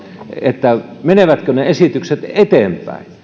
että menevätkö ne esitykset eteenpäin